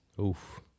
Oof